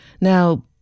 Now